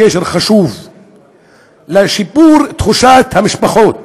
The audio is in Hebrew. הוא קשר חשוב לשיפור תחושת המשפחות.